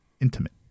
intimate